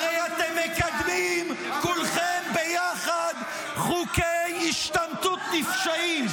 --- הרי אתם מקדמים כולכם ביחד חוקי השתמטות נפשעים.